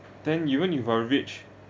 then even if you are rich